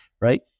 right